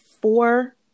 four